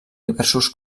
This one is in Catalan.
diversos